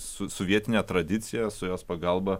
su su vietine tradicija su jos pagalba